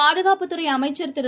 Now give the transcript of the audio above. பாதுகாப்புத்துறைஅமைச்சர் திரு